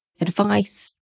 advice